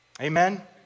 Amen